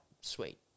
sweet